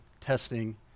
testing